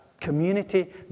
community